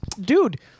Dude